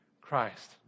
Christ